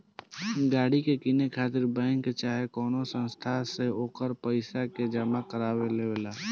गाड़ी के किने खातिर बैंक चाहे कवनो संस्था से ओकर पइसा के जामा करवावे ला